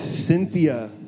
Cynthia